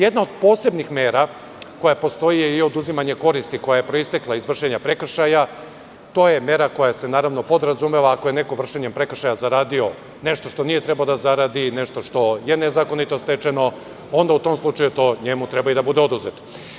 Jedna od posebnih mera koja postoje i oduzimanje koristi koja je proistekla iz vršenja prekršaja, to je mera koja se naravno podrazumeva ako je neko vršenjem prekršaja zaradio nešto što nije trebalo da zaradi, nešto što je nezakonito stečeno, onda u tom slučaju njemu treba da bude i oduzeto.